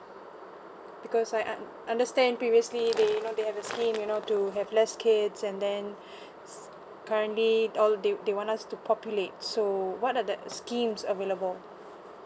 because I un~ understand previously they you know they have a scheme you know to have less kids and then currently all they they want us to populate so what are the schemes available